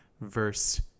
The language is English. verse